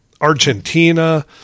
Argentina